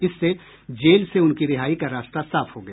इससे जेल से उनकी रिहाई का रास्ता साफ हो गया